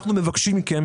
אנחנו מבקשים מכם